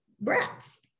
brats